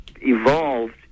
evolved